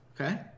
Okay